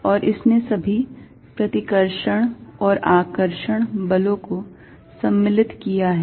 और इसने सभी प्रतिकर्षण और आकर्षण बलों को सम्मिलित किया है